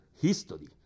history